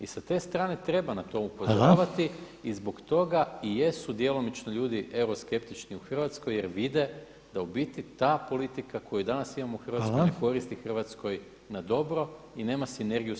I sa te strane treba na to upozoravati i zbog toga i jesu djelomično ljudi euroskeptični u Hrvatskoj jer vide da u biti ta politika koju danas imamo u Hrvatskoj ne koristi Hrvatskoj na dobro i nema sinergiju sa EU.